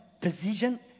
Position